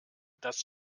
das